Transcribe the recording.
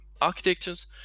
architectures